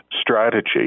strategy